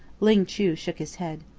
ling chu shook his head.